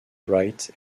wright